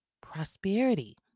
prosperity